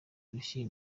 urushyi